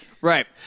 right